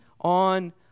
on